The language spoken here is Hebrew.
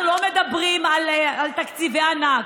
אנחנו לא מדברים על תקציבי ענק,